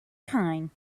kine